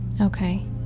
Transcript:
Okay